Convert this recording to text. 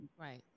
right